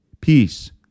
peace